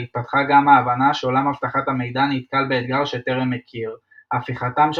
התפתחה גם ההבנה שעולם אבטחת המידע נתקל באתגר שטרם הכיר הפיכתם של